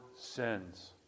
sins